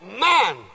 Man